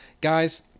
Guys